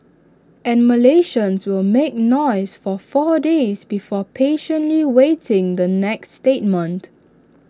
and Malaysians to will make noise for four days before patiently waiting the next statement